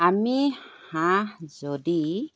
আমি হাঁহ যদি